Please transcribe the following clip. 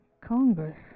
Congress